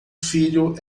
filho